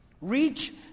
Reach